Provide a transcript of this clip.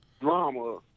drama